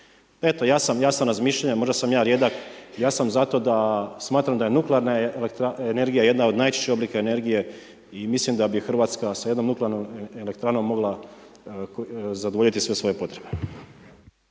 sobom. Ja sam razmišljanja, možda sam ja rijedak, ja sam za to, smatram da je nuklearna energije, jedna od najčišćih oblika energije i mislim da bi Hrvatska sa jednom nuklearnom elektranom mogla zadovoljiti sve svoje potrebe.